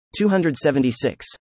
276